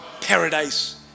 paradise